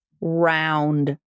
Round